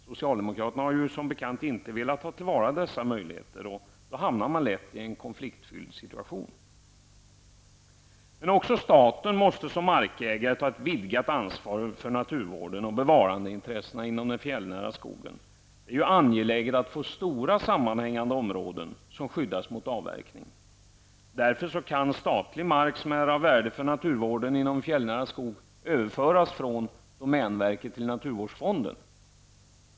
Socialdemokraterna har som bekant inte velat ta till vara denna möjlighet, och därmed hamnar de lätt i en konfliktfylld situation. Även staten måste såsom markägare ta ett vidgat ansvar för naturvården och bevarandeintressena inom den fjällnära skogen. Det är angeläget att få stora sammanhängande områden som skyddas mot avverkning. Därför kan statlig mark som är av värde för naturvården inom fjällnära skog överföras från domänverket till naturvårdsfonden.